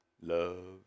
love